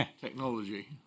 technology